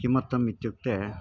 किमर्थम् इत्युक्ते